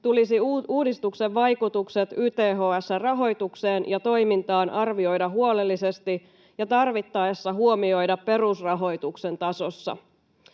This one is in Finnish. tulisi uudistuksen vaikutukset YTHS:n rahoitukseen ja toimintaan arvioida huolellisesti ja tarvittaessa huomioida perusrahoituksen tasossa.